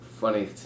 funny